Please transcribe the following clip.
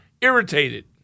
irritated